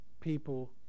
people